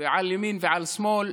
על ימין ועל שמאל,